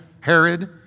Herod